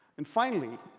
and finally,